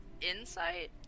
insight